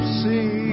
see